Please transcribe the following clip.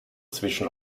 zwischen